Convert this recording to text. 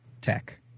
tech